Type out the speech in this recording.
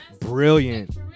brilliant